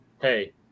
hey